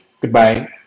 Goodbye